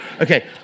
Okay